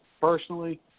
personally